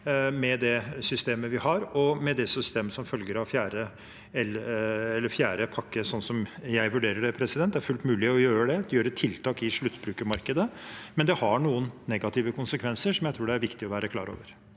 med det systemet vi har, og med det systemet som følger av fjerde pakke, sånn som jeg vurderer det. Det er fullt mulig å gjøre tiltak i sluttbrukermarkedet, men det har noen negative konsekvenser som jeg tror det er viktig å være klar over.